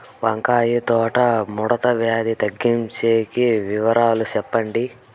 వంకాయ తోట ముడత వ్యాధి తగ్గించేకి వివరాలు చెప్పండి?